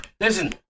Listen